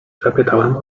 zapytałem